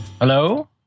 Hello